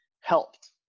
helped